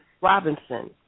Robinson